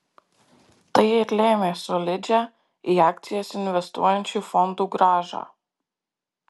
tai ir lėmė solidžią į akcijas investuojančių fondų grąžą